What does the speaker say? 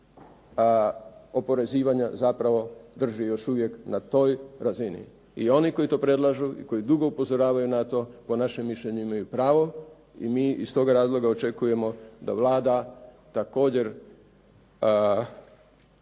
oporezivanja zapravo drži još uvijek na toj razini. I oni koji to predlažu i koji dugo upozoravaju na to, po našem mišljenju imaju pravo i mi iz tog razloga očekujemo da Vlada također